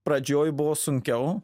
pradžioj buvo sunkiau